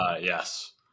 Yes